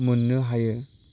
मोननो हायो